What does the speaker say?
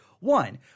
One